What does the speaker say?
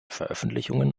veröffentlichungen